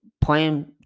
playing